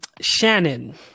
Shannon